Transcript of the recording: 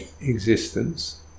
existence